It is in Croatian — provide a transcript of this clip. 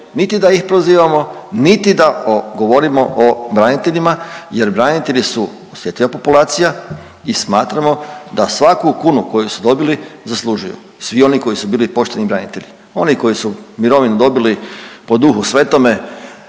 niti da ih prozivamo niti da o govorimo o braniteljima jer branitelji su osjetljiva populacija i smatramo da svaku kunu koju su dobili zaslužuju. Svi oni koji su bili pošteni branitelji. Oni koji su mirovinu dobili po Duhu Svetome